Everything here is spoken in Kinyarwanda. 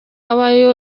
abayo